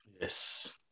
Yes